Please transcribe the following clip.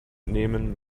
nehmen